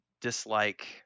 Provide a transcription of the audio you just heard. dislike